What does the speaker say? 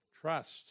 Trust